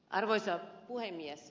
arvoisa puhemies